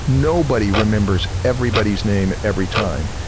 nobody remembers everybody's name every time.